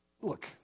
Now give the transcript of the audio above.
Look